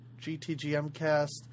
GTGMcast